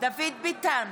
דוד ביטן,